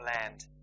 land